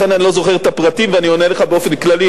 לכן אני לא זוכר את הפרטים ואני עונה לך באופן כללי,